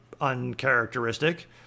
uncharacteristic